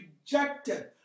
rejected